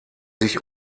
sich